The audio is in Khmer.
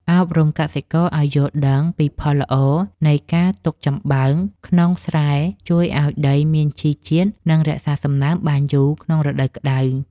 អប់រំកសិករឱ្យយល់ដឹងពីផលល្អនៃការទុកចំបើងក្នុងស្រែជួយឱ្យដីមានជីជាតិ និង រក្សាសំណើមបានយូរក្នុងរដូវក្ដៅ។